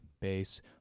bass